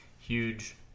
huge